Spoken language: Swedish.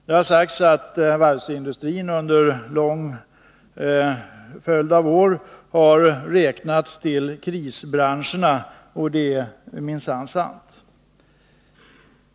Det har sagts att varvsindustrin under en lång följd av år räknats till krisbranscherna, och det är minsann sant.